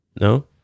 No